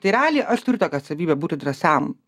tai realiai aš turiu tokią savybę būti drąsiam